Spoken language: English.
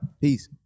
peace